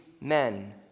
men